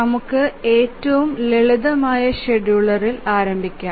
നമുക്ക് ഏറ്റവും ലളിതമായ ഷെഡ്യൂളറിൽ ആരംഭികാം